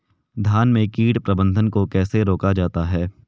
धान में कीट प्रबंधन को कैसे रोका जाता है?